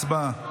הצבעה.